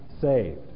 saved